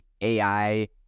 AI